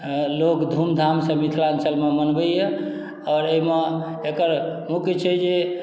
लोग धूम धाम सँ मिथलाञ्चल मे मनबैया आओर एहिमे एकर मुख्य छै जे